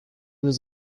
was